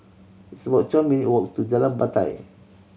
it's about twelve minute walk to Jalan Batai